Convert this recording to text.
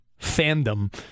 fandom